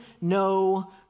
no